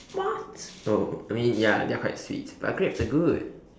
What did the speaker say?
what oh I mean ya they are quite sweet but grapes are good